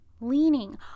leaning